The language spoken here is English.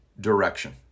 direction